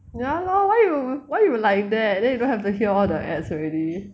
ya lor why you why you like that then you don't have to hear all the ads already